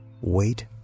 wait